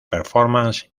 performance